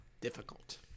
Difficult